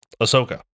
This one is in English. Ahsoka